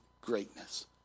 greatness